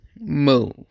move